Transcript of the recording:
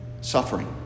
suffering